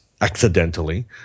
accidentally